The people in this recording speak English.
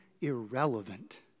irrelevant